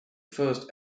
first